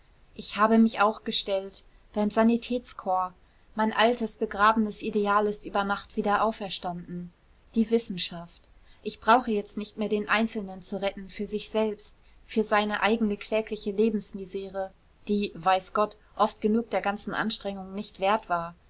ich habe mich auch gestellt beim sanitätskorps mein altes begrabenes ideal ist über nacht wieder auferstanden die wissenschaft ich brauche jetzt nicht mehr den einzelnen zu retten für sich selbst für seine eigene klägliche lebensmisere die weiß gott oft genug der ganzen anstrengung nicht wert war